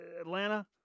Atlanta